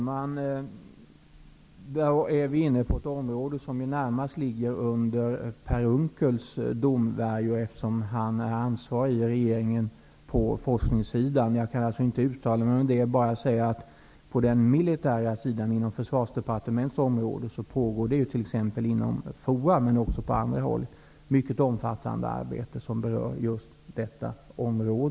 Herr talman! Nu är vi inne på ett område som närmast ligger under Per Unckels domvärjo, eftersom han är ansvarig i regeringen för forskningssidan. Jag kan alltså inte uttala mig i den frågan. På den militära sidan inom Försvarsdepartementets område pågår det inom FOA och på andra håll mycket omfattande arbete som berör just transporter av farligt gods.